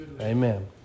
Amen